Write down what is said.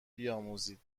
بیاموزید